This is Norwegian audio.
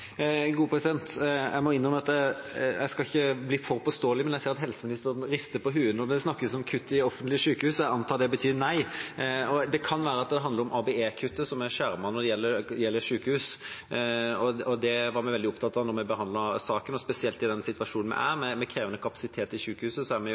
Jeg skal ikke bli for påståelig, men jeg må innrømme at jeg ser at helseministeren rister på hodet når det snakkes om kutt i offentlige sykehus, så jeg antar at det betyr nei. Det kan være at det handler om ABE-kuttet, som er skjermet når det gjelder sykehus. Det var vi veldig opptatt av da vi behandlet saken. Spesielt i den situasjonen vi er i, med krevende kapasitet i sykehusene, har vi